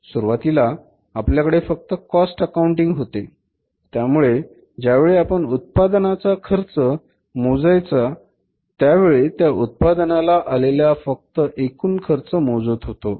सुरुवातीला आपल्याकडे फक्त कॉस्ट अकाऊंटिंग होते त्यामुळे ज्यावेळी आपण उत्पादनाचा खर्च मोजायचं त्यावेळी त्या उत्पादनाला आलेल्या फक्त एकूण खर्च मोजत होतो